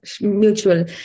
mutual